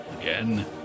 again